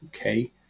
Okay